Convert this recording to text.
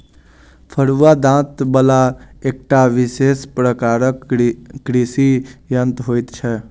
फरूआ दाँत बला एकटा विशेष प्रकारक कृषि यंत्र होइत छै